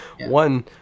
One